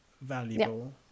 valuable